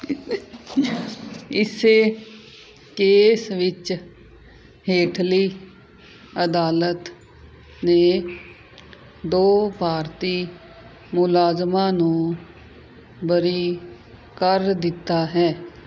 ਇਸ ਕੇਸ ਵਿੱਚ ਹੇਠਲੀ ਅਦਾਲਤ ਨੇ ਦੋ ਭਾਰਤੀ ਮੁਲਾਜ਼ਮਾਂ ਨੂੰ ਬਰੀ ਕਰ ਦਿੱਤਾ ਹੈ